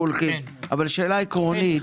יש